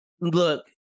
look